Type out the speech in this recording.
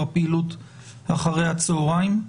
או הפעילות אחר הצהריים?